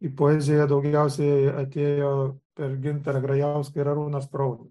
į poeziją daugiausiai atėjo per gintarą grajauską ir arūną spraunių